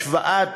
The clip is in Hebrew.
השוואת